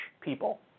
people